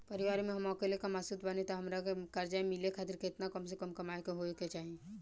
परिवार में हम अकेले कमासुत बानी त हमरा कर्जा मिले खातिर केतना कम से कम कमाई होए के चाही?